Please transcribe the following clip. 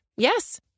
Yes